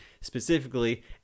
specifically